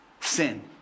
sin